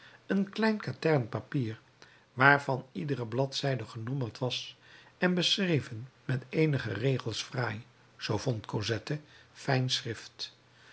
een klein katern papier waarvan iedere bladzijde genommerd was en beschreven met eenige regels fraai zoo vond cosette fijn schrift